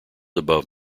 above